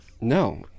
No